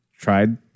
tried